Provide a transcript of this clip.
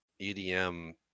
EDM